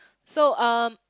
so um